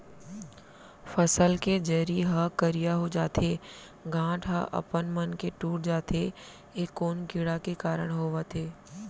फसल के जरी ह करिया हो जाथे, गांठ ह अपनमन के टूट जाथे ए कोन कीड़ा के कारण होवत हे?